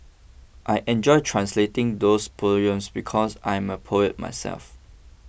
I enjoyed translating those poems because I am a poet myself